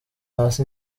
hasi